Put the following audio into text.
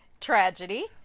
Tragedy